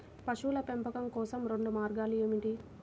పశువుల పెంపకం కోసం రెండు మార్గాలు ఏమిటీ?